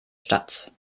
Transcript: stadt